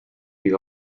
iga